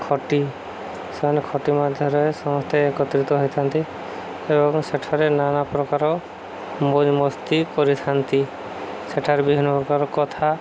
ଖଟି ସେମାନେ ଖଟି ମଧ୍ୟରେ ସମସ୍ତେ ଏକତ୍ରିତ ହୋଇଥାନ୍ତି ଏବଂ ସେଠାରେ ନାନା ପ୍ରକାର ମଉଜ ମସ୍ତି କରିଥାନ୍ତି ସେଠାରେ ବିଭିନ୍ନ ପ୍ରକାର କଥା